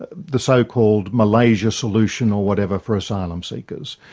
ah the so-called malaysia solution or whatever, for asylum seekers.